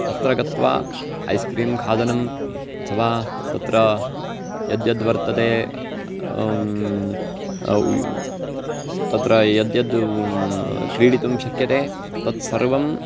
तत्र गत्वा ऐस्क्रीम् खादनम् अथवा तत्र यद्यद्वर्तते तत्र यद्यद् क्रीडितुं शक्यते तत्सर्वं